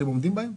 שהם עומדים בהם?